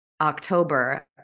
October